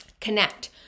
connect